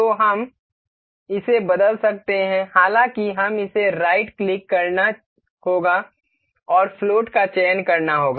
तो हम इसे बदल सकते हैं हालाँकि हमें इसे राइट क्लिक करना होगा और फ्लोट का चयन करना होगा